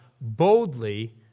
boldly